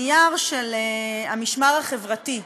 נייר של "המשמר החברתי",